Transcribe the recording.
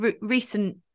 recent